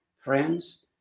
friends